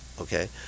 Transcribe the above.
Okay